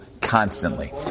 constantly